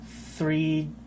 three